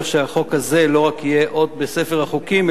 שהחוק הזה לא רק יהיה אות בספר החוקים,